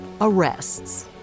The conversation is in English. arrests